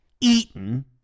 eaten